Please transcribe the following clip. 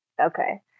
Okay